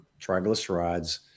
triglycerides